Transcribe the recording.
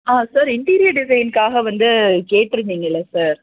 ஆ sir interior டிசைன்க்காக வந்து கேட்டிருந்தீங்கல்ல சார்